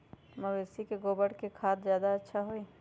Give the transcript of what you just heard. मवेसी के गोबर के खाद ज्यादा अच्छा होई?